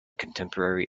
contemporary